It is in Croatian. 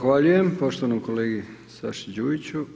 Zahvaljujem poštovanom kolegi Saši Đujiću.